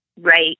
right